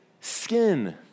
skin